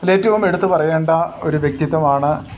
അതിലേറ്റവും എടുത്തു പറയേണ്ട ഒരു വ്യക്തിത്വമാണ്